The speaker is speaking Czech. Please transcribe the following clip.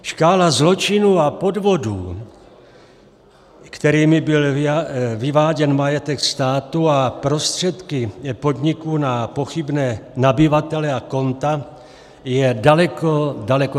Škála zločinů a podvodů, kterými byl vyváděn majetek státu a prostředky podniků na pochybné nabyvatele a konta, je daleko, daleko, širší.